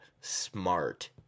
Smart